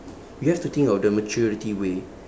you have to think of the maturity way